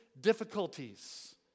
difficulties